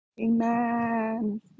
Amen